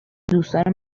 دوستان